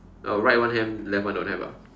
oh right one have left one don't have ah